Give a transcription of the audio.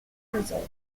resort